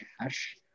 cash